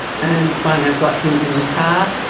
and finally i got him in the car.